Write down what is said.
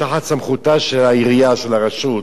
תחת סמכותה של העירייה, של הרשות.